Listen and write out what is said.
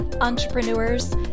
entrepreneurs